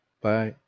Bye